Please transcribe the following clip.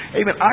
Amen